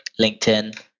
LinkedIn